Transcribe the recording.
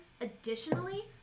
Additionally